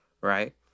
right